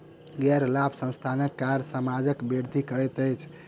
गैर लाभ संस्थानक कार्य समाजक वृद्धि करैत अछि